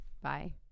Bye